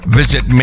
visit